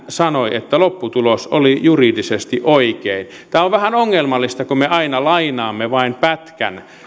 sanoi että lopputulos oli juridisesti oikein tämä on vähän ongelmallista kun me aina lainaamme vain pätkän